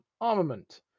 armament